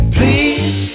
Please